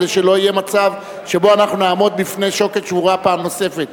כדי שלא יהיה מצב שבו אנחנו נעמוד בפני שוקת שבורה פעם נוספת.